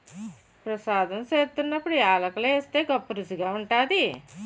ప్రసాదం సేత్తున్నప్పుడు యాలకులు ఏస్తే గొప్పరుసిగా ఉంటాది